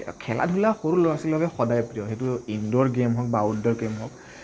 খে খেলা ধূলা সৰু ল'ৰা ছোৱালীৰ সদায় প্ৰিয় সেইটো ইনড'ৰ গেম হওঁক আউটড'ৰ গেম হওঁক